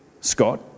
Scott